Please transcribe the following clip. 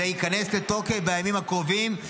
זה ייכנס לתוקף בימים הקרובים,